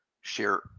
share